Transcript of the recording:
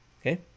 Okay